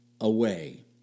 away